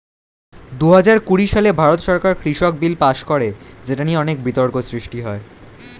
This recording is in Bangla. দুহাজার কুড়ি সালে ভারত সরকার কৃষক বিল পাস করে যেটা নিয়ে অনেক বিতর্ক সৃষ্টি হয়